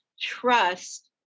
trust